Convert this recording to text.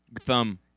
Thumb